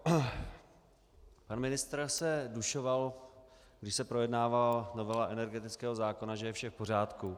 Pan ministr se dušoval, když se projednávala novela energetického zákona, že je vše v pořádku.